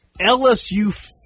LSU